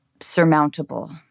surmountable